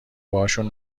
باهاشون